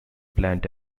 plant